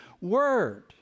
word